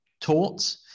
taught